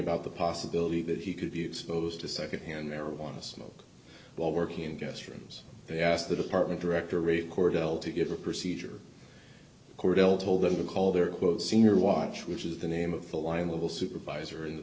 about the possibility that he could be exposed to secondhand marijuana smoke while working in guest rooms they asked the department director rate cordell to get a procedure cordell told them to call their quote sr watch which is the name of the lionel supervisor in the